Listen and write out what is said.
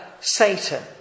Satan